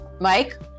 mike